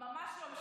ממש לא משפיע.